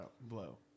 blow